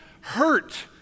hurt